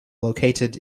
located